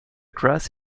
grass